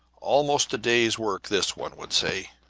almost a day's work this, one would say,